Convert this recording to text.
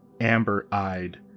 amber-eyed